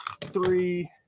three